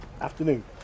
afternoon